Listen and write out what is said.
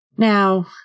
Now